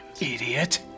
Idiot